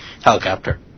helicopter